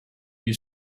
gli